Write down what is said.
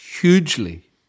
hugely